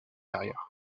derrière